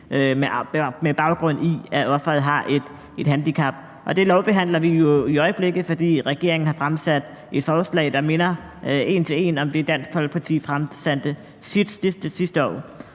med baggrund i, at offeret har et handicap. Det lovbehandler vi jo i øjeblikket, fordi regeringen har fremsat et forslag, der minder en til en om det, Dansk Folkeparti fremsatte sidste år.